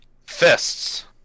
fists